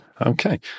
Okay